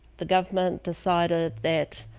the government decided that